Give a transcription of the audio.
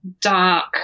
dark